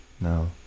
No